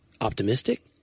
optimistic